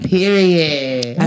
Period